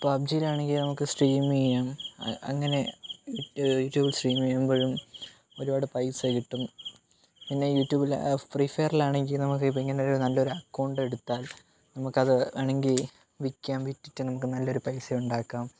പബ്ജിയിൽ ആണെങ്കിൽ നമുക്ക് സ്ട്രീം ചെയ്യാം അങ്ങനെ ജോൾ സ്ട്രീം ചെയ്യാം അങ്ങനെ ഒരുപാട് പൈസ കിട്ടും എന്ന യൂട്യൂബില് ഫ്രീ ഫയറിൽ ആണെങ്കിൽ നമുക്ക് ഏതെങ്കിലും നല്ല ഒരു അക്കൗണ്ട് എടുത്താൽ നമുക്ക് അത് വേണമെങ്കിൽ വിൽക്കാം വിറ്റിട്ട് അത് നല്ല ഒരു പൈസ ഉണ്ടാക്കാം